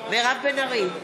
מירב בן ארי,